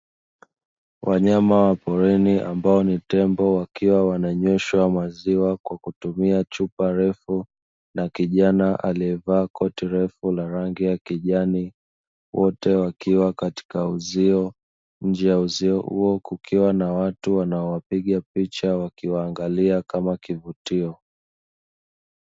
Wanyama wa porini ambao ni tembo, wakiwa wananyweshwa maziwa kwa kutumia chupa refu na kijana aliyevaa koti refu la rangi ya kijani. Wote wakiwa katika uzio, nje ya uzio huo kukiwa na watu wanaowapiga picha, wakiwaangalia kama kivutio.